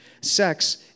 Sex